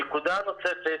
הנקודה הנוספת,